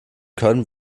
können